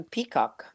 Peacock